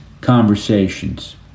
conversations